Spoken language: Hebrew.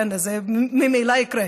אז זה ממילא יקרה,